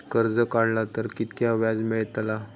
कर्ज काडला तर कीतक्या व्याज मेळतला?